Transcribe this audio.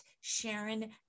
Sharon